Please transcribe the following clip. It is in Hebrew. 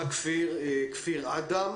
תודה כפיר אדם.